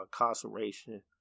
incarceration